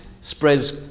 spreads